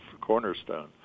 cornerstone